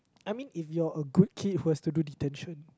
I mean if you're a good kid who has to do detention